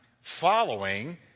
following